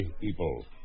people